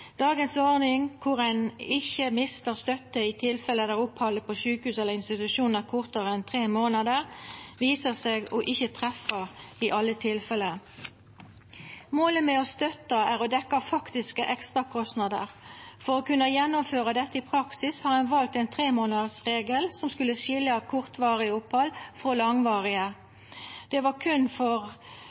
Dagens ordning, der ein ikkje mistar støtte i tilfelle der opphaldet på sjukehus eller institusjon er kortare enn tre månader, viser seg å ikkje treffa i alle tilfelle. Målet med støtta er å dekkja faktiske ekstrakostnader. For å kunna gjennomføra dette i praksis har ein valt ein tremånadersregel som skulle skilja kortvarige opphald frå langvarige. Det var berre for